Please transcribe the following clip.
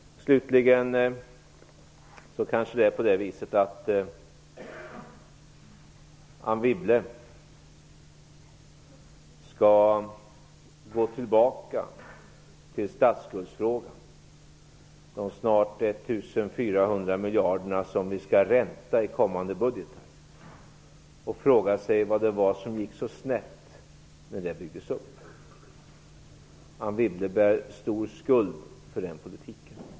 Slutligen: Anne Wibble skall kanske gå tillbaka till statsskuldsfrågan - de snart 1 400 miljarder som vi skall rädda i kommande budgetar - och fråga sig vad det var som gick så snett när det här byggdes upp. Anne Wibble bär stor skuld när det gäller den politiken.